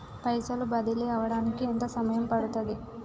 పైసలు బదిలీ అవడానికి ఎంత సమయం పడుతది?